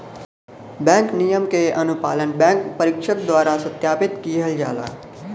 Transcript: bank नियम क अनुपालन बैंक परीक्षक द्वारा सत्यापित किहल जाला